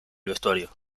vestuario